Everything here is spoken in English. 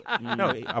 No